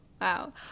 wow